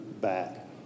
back